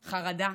חרדה,